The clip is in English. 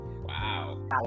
Wow